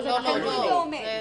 תלוי ועומד.